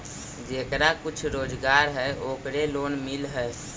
जेकरा कुछ रोजगार है ओकरे लोन मिल है?